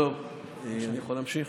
טוב, אני יכול להמשיך?